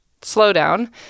slowdown